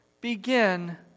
begin